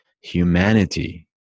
humanity